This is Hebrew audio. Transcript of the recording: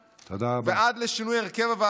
" ועד לשינוי הרכב הוועדה לבחירת שופטים".